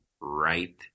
right